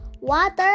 water